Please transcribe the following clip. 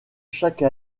chaque